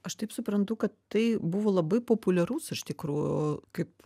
aš taip suprantu kad tai buvo labai populiarus iš tikrųjų kaip